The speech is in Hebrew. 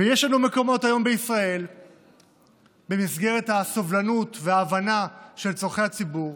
ויש לנו מקומות היום בישראל במסגרת הסובלנות וההבנה של צורכי הציבור,